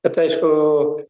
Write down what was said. bet aišku